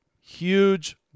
huge